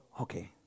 Okay